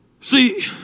See